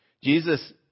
Jesus